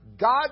God